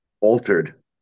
altered